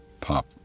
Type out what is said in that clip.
pop